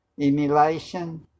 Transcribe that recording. emulation